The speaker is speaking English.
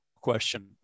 question